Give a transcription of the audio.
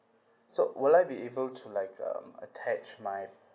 so will I be able to like um attach my